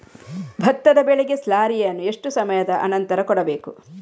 ಭತ್ತದ ಬೆಳೆಗೆ ಸ್ಲಾರಿಯನು ಎಷ್ಟು ಸಮಯದ ಆನಂತರ ಕೊಡಬೇಕು?